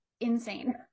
insane